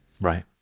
Right